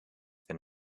than